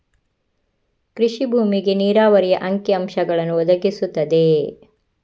ಕೃಷಿ ಭೂಮಿಗೆ ನೀರಾವರಿಯ ಅಂಕಿ ಅಂಶಗಳನ್ನು ಒದಗಿಸುತ್ತದೆ